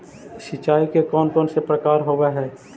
सिंचाई के कौन कौन से प्रकार होब्है?